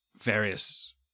various